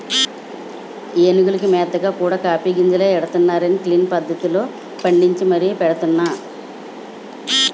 ఏనుగులకి మేతగా కూడా కాఫీ గింజలే ఎడతన్నారనీ క్విన్ పద్దతిలో పండించి మరీ పంపుతున్నా